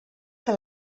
que